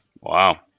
Wow